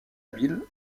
habile